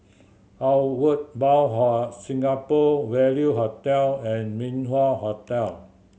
Outward Bound Singapore Value Hotel and Min Wah Hotel